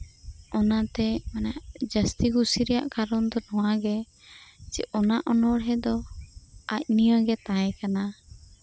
ᱚᱱᱟᱛᱮ ᱢᱟᱱᱮ ᱡᱟᱹᱥᱛᱤ ᱠᱩᱥᱤ ᱨᱮᱭᱟᱜ ᱠᱟᱨᱚᱱ ᱫᱚ ᱱᱚᱣᱟ ᱜᱮ ᱚᱱᱟ ᱚᱱᱚᱬᱦᱮᱸ ᱫᱚ ᱟᱡ ᱱᱤᱭᱮ ᱜᱮ ᱛᱟᱦᱮᱸ ᱠᱟᱱᱟ